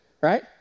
right